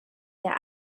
der